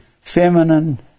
feminine